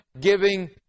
giving